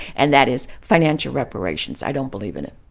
and that is, financial reparations, i don't believe in it.